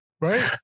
right